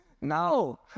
No